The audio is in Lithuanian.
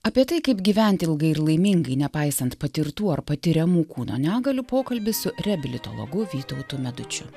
apie tai kaip gyventi ilgai ir laimingai nepaisant patirtų ar patiriamų kūno negalių pokalbis su reabilitologu vytautu medučiu